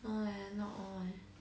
no eh not all eh